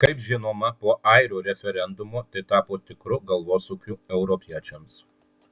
kaip žinoma po airių referendumo tai tapo tikru galvosūkiu europiečiams